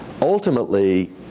ultimately